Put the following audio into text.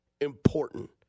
important